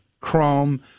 Chrome